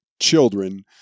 children